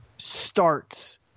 Starts